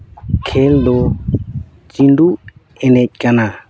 ᱠᱷᱮᱹᱞ ᱫᱚ ᱪᱷᱤᱸᱰᱩ ᱮᱱᱮᱡ ᱠᱟᱱᱟ